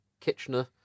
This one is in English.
Kitchener